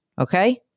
Okay